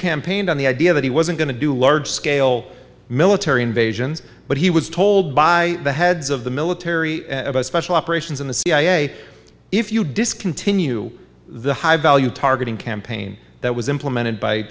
campaigned on the idea that he wasn't going to do large scale military invasion but he was told by the heads of the military special operations in the cia if you discontinue the high value targeting campaign that was implemented by